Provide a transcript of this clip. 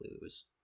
lose